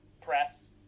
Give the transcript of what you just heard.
press